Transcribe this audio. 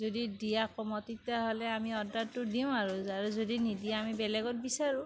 যদি দিয়া কমত তেতিয়াহ'লে আমি অৰ্ডাৰটো দিওঁ আৰু আৰু যদি নিদিয়া আমি বেলেগত বিচাৰোঁ